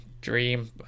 Dream